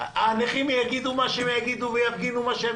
הנכים יגידו מה שהם יגידו ויפגינו,